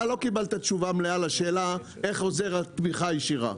אתה לא קיבלת תשובה מלאה על השאלה איך עוזרת התמיכה הישירה.